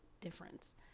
difference